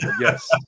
yes